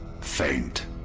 faint